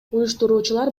уюштуруучулар